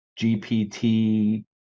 GPT